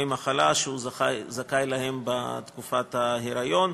מחלה שהוא זכאי להם בתקופת ההיריון.